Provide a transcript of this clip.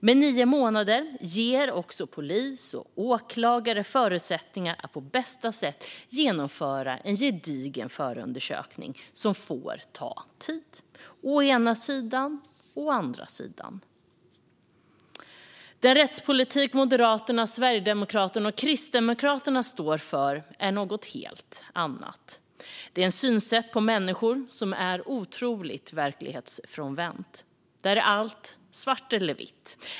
Men nio månader ger också polis och åklagare förutsättningar att på bästa sätt genomföra en gedigen förundersökning som får ta tid. Å ena sidan, å andra sidan. Den rättspolitik Moderaterna, Sverigedemokraterna och Kristdemokraterna står för är något helt annat. Det är ett sätt att se på människor som är otroligt verklighetsfrånvänt. Där är allt svart eller vitt.